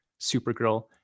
Supergirl